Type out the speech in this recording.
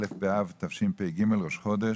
א' באב תשפ"ג, ראש חודש,